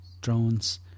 drones